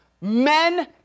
men